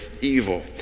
evil